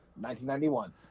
1991